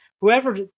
Whoever